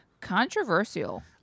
controversial